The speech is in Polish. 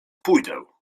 pójdę